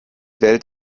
welt